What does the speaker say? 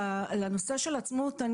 לנושא של העצמאות: